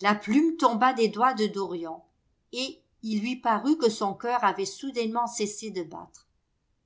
la plume tomba des doigts de dorian et il lui parut que son cœur avait soudainement cessé de battre